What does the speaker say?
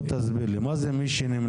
בוא תסביר לי מה זה מי שנמנה?